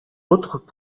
autres